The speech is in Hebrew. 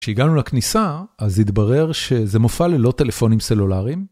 כשהגענו לכניסה אז התברר שזה מופע ללא טלפונים סלולריים.